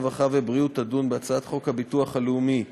הרווחה והבריאות תדון בהצעת חוק הביטוח הלאומי (תיקון,